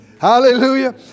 Hallelujah